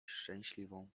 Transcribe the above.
szczęśliwą